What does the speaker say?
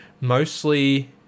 mostly